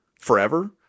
forever